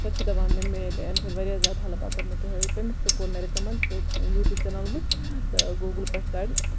سۄ تہِ چھِ دَوان مےٚ مِلہِ امہِ سۭتۍ واریاہ زیادٕ ہیٚلپ اگر مےٚ تُہۍ ہٲوِو تٔمِس تہِ کوٚر مےٚ رِکَمنڈ یوٗٹیوب چَنَل وٕچھ تہٕ گوٗگلہٕ پیٚٹھِ کَڑ